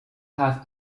have